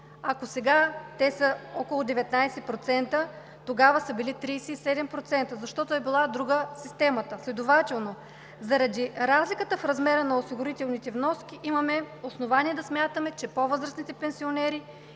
ако сега те са около 19%, тогава са били 37%, защото е била друга системата. Следователно, заради разликата в размера на осигурителните вноски, имаме основание да смятаме, че по-възрастните пенсионери